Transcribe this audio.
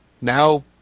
Now